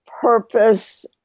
purpose